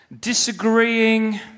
disagreeing